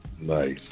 Nice